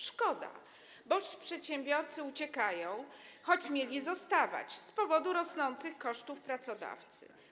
Szkoda, bo przedsiębiorcy uciekają, choć mieli zostawać, z powodu rosnących kosztów pracodawcy.